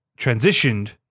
transitioned